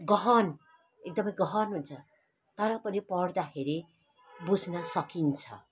गहन एकदमै गहन हुन्छ तर पनि पढ्दाखेरि बुझ्न सकिन्छ